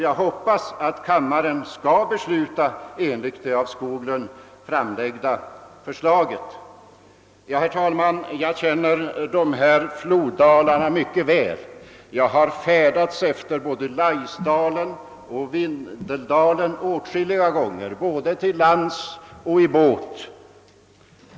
Jag hoppas att kammaren skall besluta enligt det av herr Skoglund framlagda förslaget. Herr talman! Jag känner dessa floddalar mycket väl. Jag har färdats i både Laisdalen och Vindeldalen åtskilliga gånger både till lands och per båt.